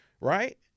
Right